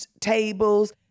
tables